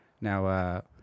Now